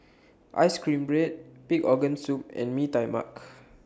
Ice Cream Bread Pig Organ Soup and Mee Tai Mak